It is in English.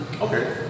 Okay